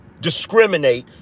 discriminate